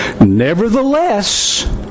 Nevertheless